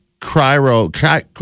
cryo